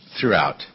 throughout